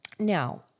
Now